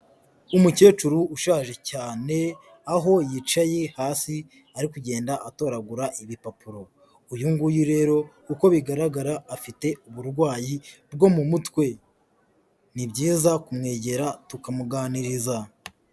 Umukecuru ushaje cyane, aho yicaye hasi ari kugenda atoragura ibipapuro. Uyu nguyu rero, uko bigaragara afite uburwayi bwo mu mutwe. Ni byiza kumwegera, tukamuganiriza.